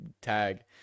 tag